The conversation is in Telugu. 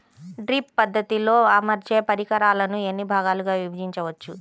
డ్రిప్ పద్ధతిలో అమర్చే పరికరాలను ఎన్ని భాగాలుగా విభజించవచ్చు?